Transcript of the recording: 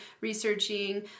researching